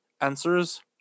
answers